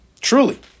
truly